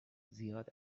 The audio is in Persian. زیاد